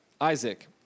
Isaac